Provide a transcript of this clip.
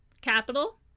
Capital